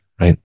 Right